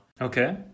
Okay